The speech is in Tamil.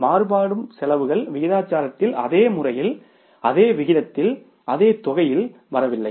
மாறுபடும் செலவுகள் விகிதாசாரத்தில் அதே முறையில் அதே விகிதத்தில் அதே தொகையில் வரவில்லை